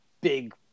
big